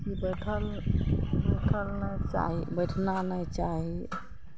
कि बैसल बैसल नहि चाही बैसबाक नहि चाही